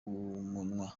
munwa